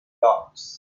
dots